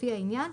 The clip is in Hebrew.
לפי העניין,